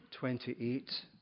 28